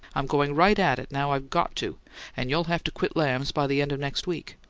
i'm going right at it, now i've got to and you'll have to quit lamb's by the end of next week.